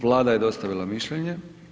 Vlada je dostavila mišljenje.